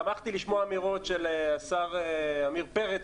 ושמחתי לשמוע אמירות של השר עמיר פרץ